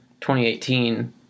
2018